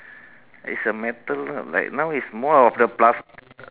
it's a metal ah like now is more of the plas~ uh